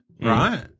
right